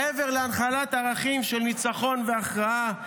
מעבר להנחלת ערכים של ניצחון והכרעה,